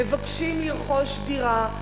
מבקשים לרכוש דירה,